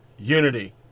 Unity